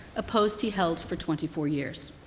a post he held for twenty four years.